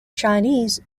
chinese